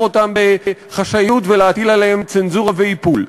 אותן בחשאיות ולהטיל עליהן צנזורה ואיפול,